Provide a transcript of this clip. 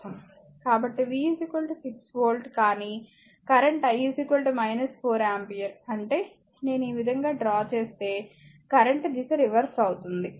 కాబట్టి V 6 volt కానీ current I 4 ampere అంటే నేను ఈ విధంగా డ్రా చేస్తే కరెంట్ దిశ రివర్స్ అవుతుంది